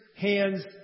hands